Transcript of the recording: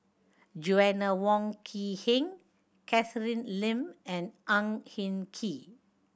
Joanna Wong Quee Heng Catherine Lim and Ang Hin Kee